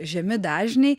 žemi dažniai